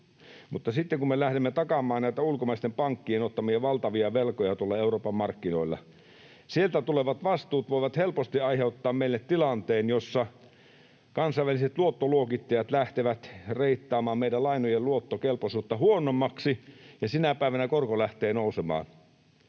sitten kun me lähdemme takaamaan näitä ulkomaisten pankkien ottamia valtavia velkoja tuolla Euroopan markkinoilla, sieltä tulevat vastuut voivat helposti aiheuttaa meille tilanteen, jossa kansainväliset luottoluokittajat lähtevät reittaamaan meidän lainojen luottokelpoisuutta huonommaksi, ja sinä päivänä korko lähtee nousemaan.